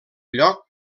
lloc